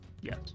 Yes